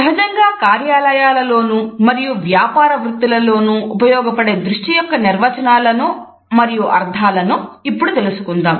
సహజంగా కార్యాలయాల్లోనూ మరియు వ్యాపారవృత్తులలోనూ ఉపయోగపడే దృష్టి యొక్క నిర్వచనాలను మరియు అర్థాలను ఇప్పుడు తెలుసుకుందాం